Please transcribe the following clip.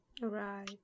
right